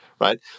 right